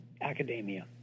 academia